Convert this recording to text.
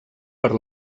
per